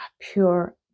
pure